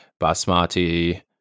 basmati